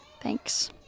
Thanks